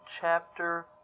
Chapter